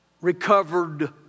recovered